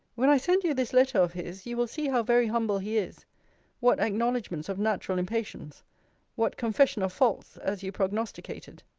when i send you this letter of his, you will see how very humble he is what acknowledgements of natural impatience what confession of faults, as you prognosticated.